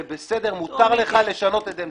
זה בסדר, מותר לך לשנות את עמדתך.